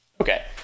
Okay